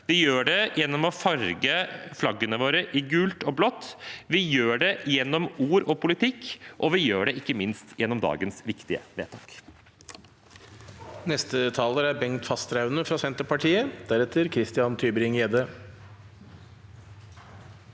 Vi gjør det gjennom å farge flaggene våre i gult og blått, vi gjør det gjennom ord og politikk, og vi gjør det ikke minst gjennom dagens viktige vedtak.